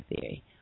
Theory